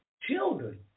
children